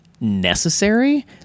necessary